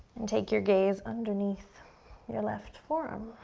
and take your gaze underneath your left forearm.